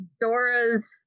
Dora's